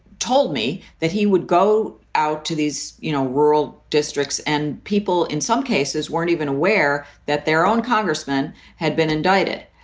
told me that he would go out to these, you know, rural districts and people in some cases weren't even aware that their own congressman had been indicted.